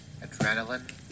adrenaline